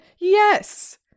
Yes